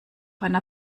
einer